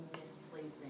misplacing